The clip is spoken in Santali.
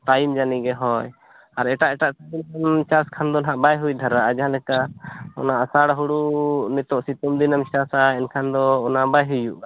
ᱴᱟᱭᱤᱢ ᱡᱟᱹᱱᱤ ᱜᱮ ᱦᱳᱭ ᱟᱨ ᱮᱴᱟ ᱮᱴᱟ ᱪᱟᱥ ᱠᱷᱟᱱ ᱫᱚ ᱱᱟᱦᱟᱸᱜ ᱵᱟᱭ ᱦᱩᱭ ᱫᱷᱟᱨᱟᱜᱼᱟ ᱡᱟᱦᱟᱸ ᱞᱮᱠᱟ ᱚᱱᱟ ᱟᱥᱟᱲ ᱦᱩᱲᱩ ᱱᱤᱛᱚᱜ ᱥᱤᱛᱩᱝ ᱫᱤᱱ ᱮᱢ ᱪᱟᱥᱟ ᱮᱱᱠᱷᱟᱱᱫᱚ ᱚᱱᱟ ᱵᱟᱭ ᱦᱩᱭᱩᱜᱼᱟ